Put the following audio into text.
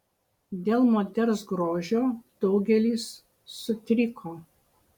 dėl moters grožio daugelis sutriko